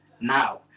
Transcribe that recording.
now